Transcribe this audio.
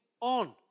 on